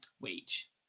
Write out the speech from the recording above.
wage